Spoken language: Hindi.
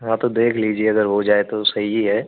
हाँ तो देख लीजिए अगर हो जाए तो सही है